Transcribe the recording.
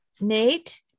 Nate